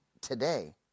today